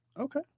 Okay